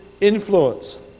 influence